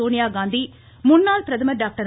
சோனியாகாந்தி முன்னாள் பிரதமர் டாக்டர்